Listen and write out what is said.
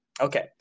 Okay